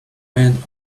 went